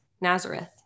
Nazareth